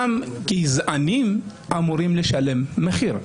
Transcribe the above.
גם גזענים אמורים לשלם מחיר.